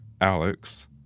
alex